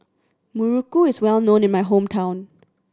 muruku is well known in my hometown